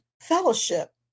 fellowship